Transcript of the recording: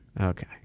Okay